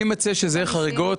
אני מציע שזה יהיה חריגות.